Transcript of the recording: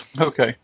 Okay